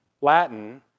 Latin